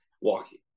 walking